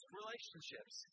relationships